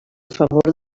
favor